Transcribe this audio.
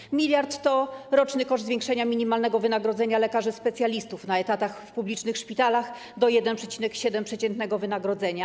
1 mld to roczny koszt zwiększenia minimalnego wynagrodzenia lekarzy specjalistów na etatach w publicznych szpitalach do 1,7 przeciętnego wynagrodzenia.